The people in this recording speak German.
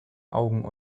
augen